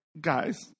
guys